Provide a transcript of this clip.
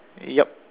yup